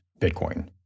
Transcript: Bitcoin